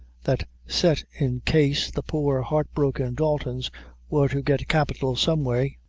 that set in case the poor heart-broken daltons wor to get capital some way.